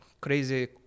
crazy